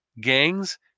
gangs